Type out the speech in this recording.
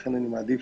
לכן, אני מעדיף